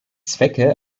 zwecke